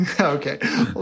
Okay